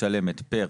פר